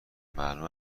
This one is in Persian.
معلوم